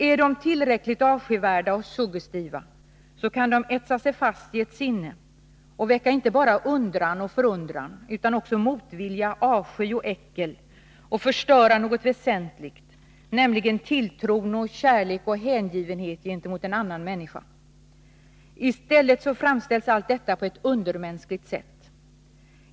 Är de tillräckligt avskyvärda och suggestiva kan de etsa sig fast i ett sinne och väcka inte bara undran och förundran utan också motvilja, avsky och äckel och förstöra något väsentligt, nämligen tilltro, kärlek och hängivenhet gentemot en annan människa. I stället framställs allt detta på ett undermänskligt sätt.